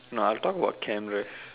no I'll talk about cameras